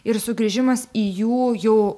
ir sugrįžimas į jų jau